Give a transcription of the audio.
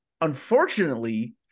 unfortunately